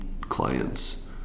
clients